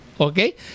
okay